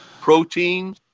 protein